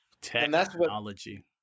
technology